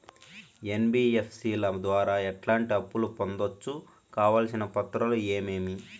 NBFC ల ద్వారా ఎట్లాంటి అప్పులు పొందొచ్చు? కావాల్సిన పత్రాలు ఏమేమి?